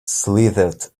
slithered